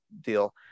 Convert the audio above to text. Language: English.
deal